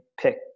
pick